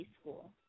school